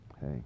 hey